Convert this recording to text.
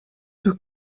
tout